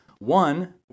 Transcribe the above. One